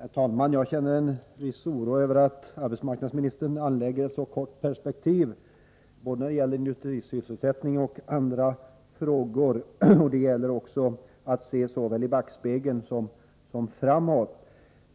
Herr talman! Jag känner en viss oro över att arbetsmarknadsministern anlägger ett så kort perspektiv både på industrisysselsättning och på andra frågor. Det gäller att se såväl i backspegeln som framåt.